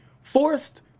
forced